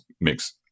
mix